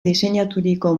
diseinaturiko